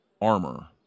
armor